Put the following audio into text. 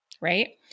right